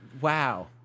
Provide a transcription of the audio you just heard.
Wow